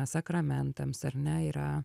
sakramentams ar ne yra